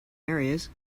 areas